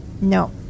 No